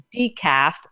decaf